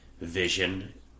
vision